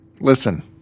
Listen